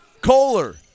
Kohler